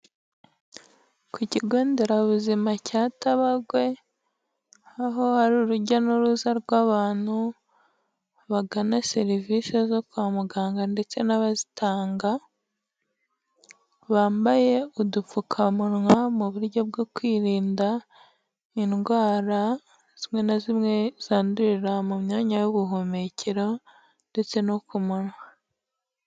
Ku kigo nderabuzima cya Tabagwe, aho hari urujya n'uruza rw'abantu bagana serivisi zo kwa muganga ndetse n'abazitanga, bambaye udupfukamunwa mu buryo bwo kwirinda indwara zimwe na zimwe zandurira mu myanya y'ubuhumekero ndetse no ku munwa.